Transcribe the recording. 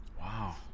Wow